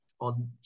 on